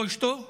אשתו נהרגה,